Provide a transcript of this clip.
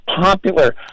popular